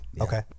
Okay